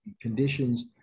conditions